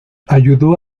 ayudó